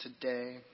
today